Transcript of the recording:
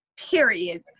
Period